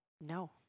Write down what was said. No